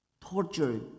torture